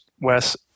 Wes